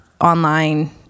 online